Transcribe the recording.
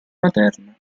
materna